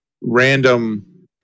random